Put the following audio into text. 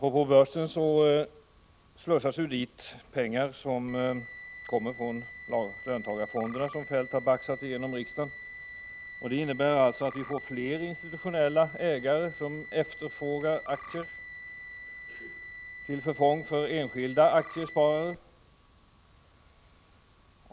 Apropå börsen slussas ju dit pengar från löntagarfonderna, som Kjell-Olof Feldt har baxat igenom riksdagen. Det innebär alltså att vi får fler institutionella ägare som efterfrågar aktier till förfång för enskilda aktiesparare.